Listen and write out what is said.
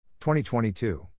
2022